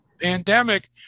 pandemic